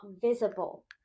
visible